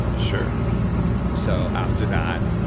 and sure so after that,